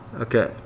okay